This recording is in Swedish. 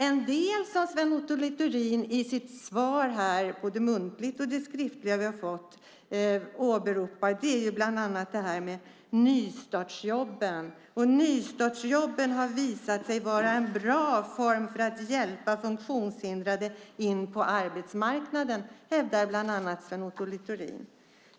En del sade Sven Otto Littorin i det svar vi har fått både muntligt och skriftligt. Han åberopar bland annat detta med nystartsjobben. De har visat sig vara en bra form för att hjälpa funktionshindrade in på arbetsmarknaden, hävdar Sven Otto Littorin.